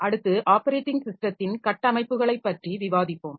அடுத்து ஆப்பரேட்டிங் ஸிஸ்டத்தின் கட்டமைப்புகளைப் பற்றி விவாதிப்போம்